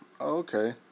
Okay